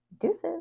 Deuces